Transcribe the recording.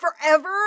forever